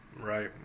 Right